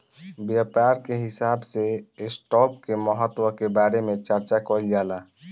व्यापार के हिसाब से स्टॉप के महत्व के बारे में चार्चा कईल जाला